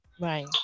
Right